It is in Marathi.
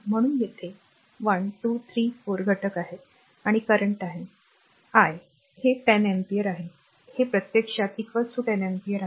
म्हणून येथे 1 2 3 4 4 घटक आहेत आणि current आहे I हे 10 ampere आहे हे प्रत्यक्षात 10 ampere आहे